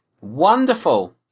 wonderful